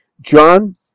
John